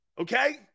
Okay